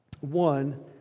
One